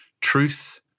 truth